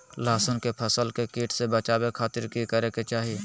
लहसुन के फसल के कीट से बचावे खातिर की करे के चाही?